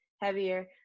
heavier